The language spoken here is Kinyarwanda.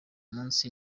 munsi